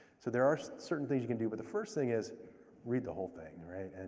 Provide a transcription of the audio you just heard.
so there are certain things you can do. but the first thing is read the whole thing, right? and